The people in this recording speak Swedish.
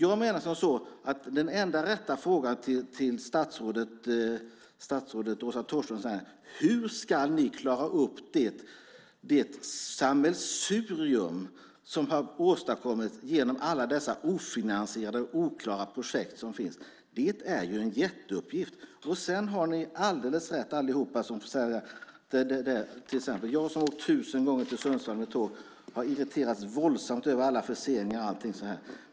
Jag menar som så att den enda rätta frågan till statsrådet Åsa Torstensson är: Hur ska ni klara upp det sammelsurium som har åstadkommits genom alla dessa ofinansierade och oklara projekt som finns? Det är en jätteuppgift. Sedan har ni allihop alldeles rätt på en punkt. Jag har åkt tusen gånger till Sundsvall med tåg, och jag har irriterats våldsamt över alla förseningar.